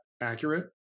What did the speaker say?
accurate